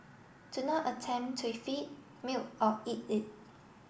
do not attempt to feed milk or eat it